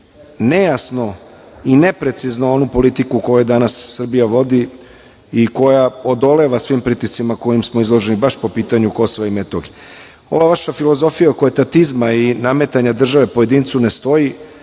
nejasno i neprecizno onu politiku koju danas Srbija vodi i koja odoleva svim pritiscima kojima smo izloženi baš po pitanju KiM.Ova vaša filozofija oko etatizma i nametanja države pojedincu, ne stoji